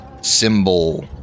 symbol